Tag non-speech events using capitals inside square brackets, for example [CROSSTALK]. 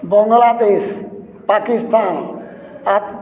Bangladesh Pakistan [UNINTELLIGIBLE]